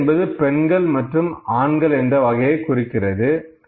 2 என்பது பெண்கள் மற்றும் ஆண்கள் என்ற வகையை குறிக்கிறது